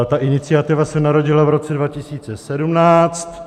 Ta iniciativa se narodila v roce 2017.